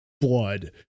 blood